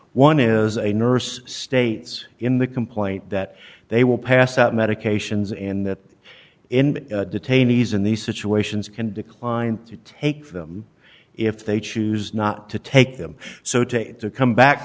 one is a nurse states in the complaint that they will pass out medications and that detainees in these situations can decline to take them if they choose not to take them so to come